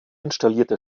installierte